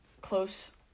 close